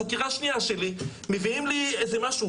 בחקירה השנייה שלי מביאים לי איזה משהו,